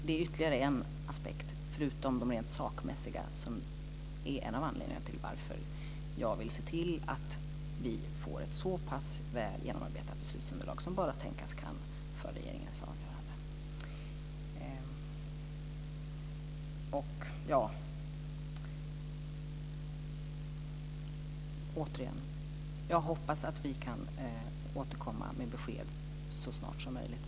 Det är ytterligare en aspekt, förutom de rent sakliga, som är en av anledningarna till att jag vill se till att vi får ett så väl genomarbetat beslutsunderlag som bara tänkas kan inför regeringens avgörande. Jag hoppas att vi kan återkomma med besked så snart som möjligt.